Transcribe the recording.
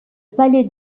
palais